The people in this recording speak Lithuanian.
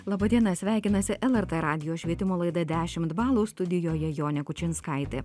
laba diena sveikinasi lrt radijo švietimo laida dešimt balų studijoje jonė kučinskaitė